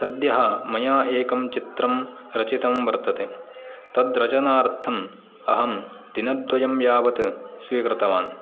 सद्यः मया एकं चित्रं रचितं वर्तते तद्रचनार्थम् अहं दिनद्वयं यावत् स्वीकृतवान्